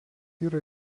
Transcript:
yra